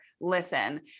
listen